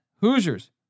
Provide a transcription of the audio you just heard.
Hoosiers